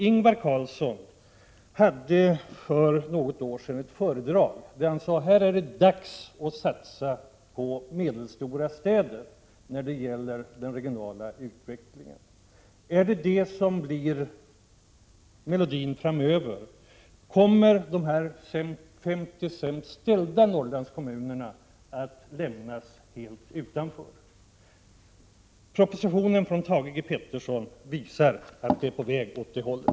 Ingvar Carlsson höll för något år sedan ett föredrag, varvid han sade att det är dags att satsa på mellanstora städer när det gäller den regionala utvecklingen. Blir det melodin framöver? Kommer de 50 sämst ställda Norrlandskommunerna att lämnas helt utanför? Propositionen från Thage G Peterson visar att man är på väg åt det hållet.